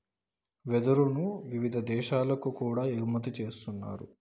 వెదురును వివిధ దేశాలకు కూడా ఎగుమతి చేస్తున్నారు